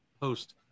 post